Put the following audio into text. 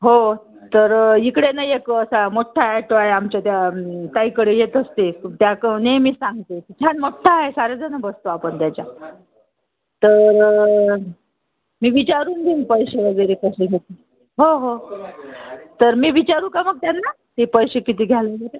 हो तर इकडे ना एक असा मोठा अॅटो आहे आमच्या त्या ताईकडे येत असते त्या क नेहमीच सांगते तर छान मोठा आहे सारेजण बसतो आपण त्याच्यात तर मी विचारून घेईन पैसे वगैरे कसे घेतात हो हो तर मी विचारू का मग त्यांना की पैसे किती घ्याल वगैरे